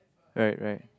right right